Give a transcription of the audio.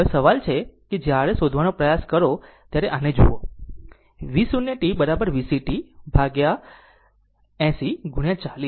હવે સવાલ એ છે કે જ્યારે શોધવાનો પ્રયાસ કરો ત્યારે આને જુઓ V 0 t VCt ભાગ્યા 80 ગુણ્યા 40